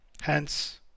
hence